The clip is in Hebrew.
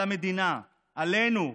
על המדינה, עלינו,